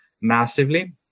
massively